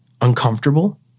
uncomfortable